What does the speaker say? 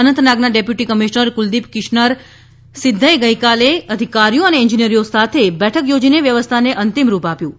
અનંતનાગના deputy commissioner Kuldeep Krishna સિધ્ધએ ગઈકાલે અધિકારીઓ અને એન્જિનિયરો સાથે બેઠક થોજીને વ્યવસ્થાને અંતિમ રૂપ આપ્યું હતું